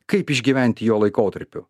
kaip išgyventi jo laikotarpiu